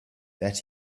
that